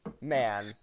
man